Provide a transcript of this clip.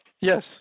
Yes